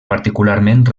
particularment